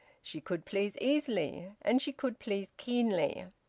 she could please easily and she could please keenly.